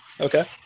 Okay